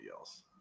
else